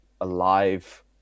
alive